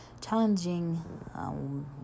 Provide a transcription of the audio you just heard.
challenging